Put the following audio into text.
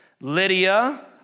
Lydia